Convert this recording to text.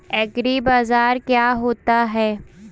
एग्रीबाजार क्या होता है?